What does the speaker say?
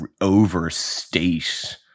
overstate